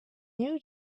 you